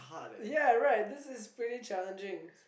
ya right this is pretty challenging